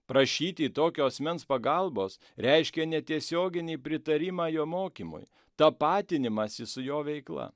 prašyti tokio asmens pagalbos reiškia netiesioginį pritarimą jo mokymui tapatinimąsi su jo veikla